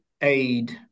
aid